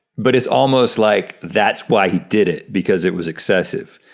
but it's almost like that's why he did it because it was excessive.